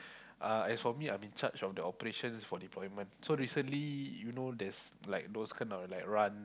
uh as for me I'm in charge of the operations for deployment so recently you know there's like those kind of like run